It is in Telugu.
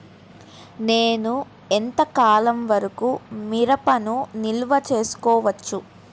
నేను ఎంత కాలం వరకు మిరపను నిల్వ చేసుకోవచ్చు?